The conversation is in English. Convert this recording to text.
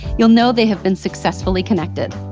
you'll know they have been successfully connected.